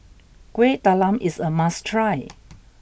Kueh Talam is a must try